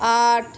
আট